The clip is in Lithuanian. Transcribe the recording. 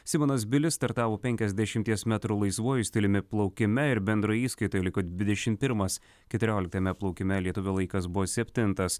simonas bilis startavo penkiasdešimties metrų laisvuoju stiliumi plaukime ir bendroje įskaitoje liko dvidešimt pirmas keturioliktame plaukime lietuvio laikas buvo septintas